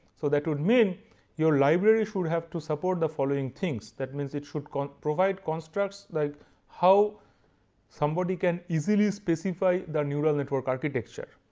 so that would mean your library should have to support the following things that means it should provide constructs like how somebody can easily specify the neural network architecture,